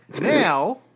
Now